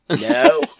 No